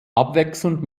abwechselnd